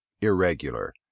irregular